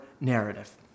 narrative